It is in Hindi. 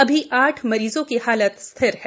सभी आठ मरीजों की हालत स्थिर है